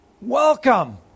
Welcome